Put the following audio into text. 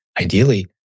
ideally